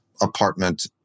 apartment